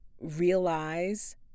realize